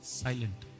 silent